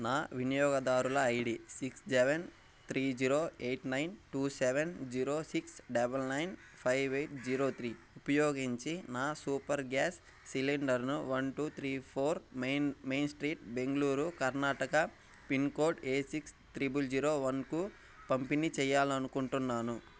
నా వినియోగదారుల ID six seven three zero eight nine two seven zero six double nine five eight zero three ఉపయోగించి నా super gas సిలిండర్ను one two three four main street Bengaluru Karnataka pin code A six triple zero వన్కు పంపిణీ చేయాలనుకుంటున్నాను